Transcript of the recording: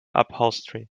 upholstery